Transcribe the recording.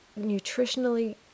nutritionally